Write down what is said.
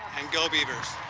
and go beavers.